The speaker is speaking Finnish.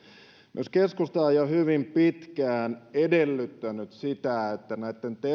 myös keskusta on jo hyvin pitkään edellyttänyt sitä että näitten